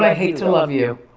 ah hate to love you.